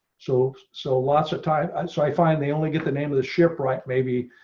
so, so lots of times i. so, i find the only get the name of the ship right maybe